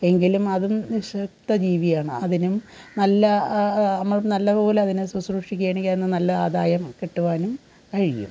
എങ്കിലും അതും നിഷുപ്ത ജീവിയാണ് അതിനും നല്ല നമ്മൾ നല്ലപോലെ അതിനെ ശുസ്രൂഷിക്കുകയാണെങ്കിൽ അതിന് നല്ല ആദായം കിട്ടുവാനും കഴിയും